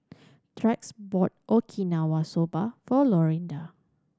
Tex bought Okinawa Soba for Lorinda